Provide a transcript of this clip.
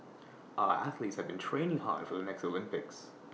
our athletes have been training hard for the next Olympics